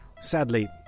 Sadly